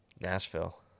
Nashville